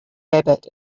rabbit